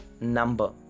number